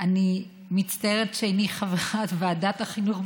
אני מצטערת שאיני חברת ועדת החינוך,